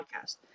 podcast